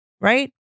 Right